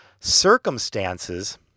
Circumstances